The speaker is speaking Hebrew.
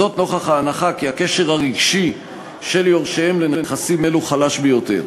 זאת נוכח ההנחה כי הקשר הרגשי של יורשיהם לנכסים אלו חלש ביותר.